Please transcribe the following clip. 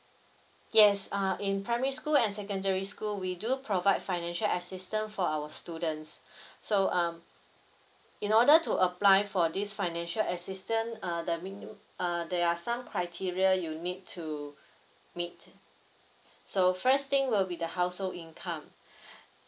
yes uh in primary school and secondary school we do provide financial assistance for our students so um in order to apply for this financial assistance uh the min uh there are some criteria you need to meet so first thing will be the household income